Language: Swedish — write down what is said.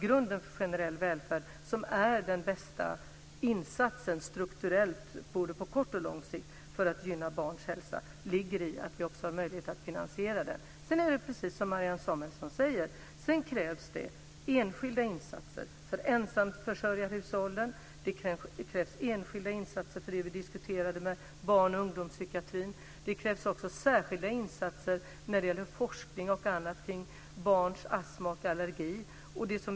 Grunden för generell välfärd, som strukturellt är det bästa både på kort och lång sikt för att vi ska kunna gynna barns hälsa, är att vi har möjlighet att finansiera den. Det är precis som Marianne Samuelsson säger: Det krävs också enskilda insatser för ensamförsörjarhushållen. Det krävs enskilda insatser vad gäller barn och ungdomspsykiatrin, som vi diskuterade. Det krävs också särskilda insatser när det gäller forskning och annat kring barns astma och allergi.